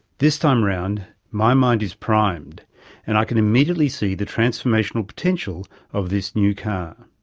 this time round, my mind is primed and i can immediately see the transformational potential of this new car.